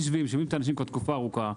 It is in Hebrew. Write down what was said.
יושבים, שומעים את האנשים תקופה ארוכה.